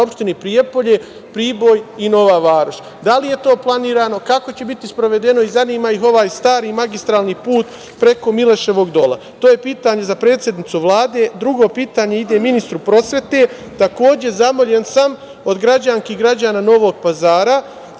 opštinu Prijepolje, Priboj i Nova Varoš? Da li je to planirano, kako će biti sprovedeno i zanima ih ovaj stari magistralni put preko Miloševog Dola? To je pitanje za predsednicu Vlade. Drugo pitanje ide ministru prosvete. Takođe sam zamoljen od građanki i građana Novog Pazara